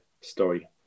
story